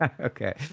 Okay